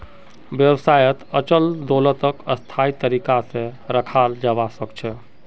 व्यवसायत अचल दोलतक स्थायी तरीका से रखाल जवा सक छे